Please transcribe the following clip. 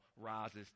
rises